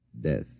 death